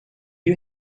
you